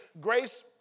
grace